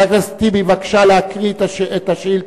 חבר הכנסת טיבי, בבקשה להקריא את השאילתא.